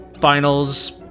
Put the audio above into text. finals